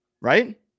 Right